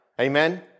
Amen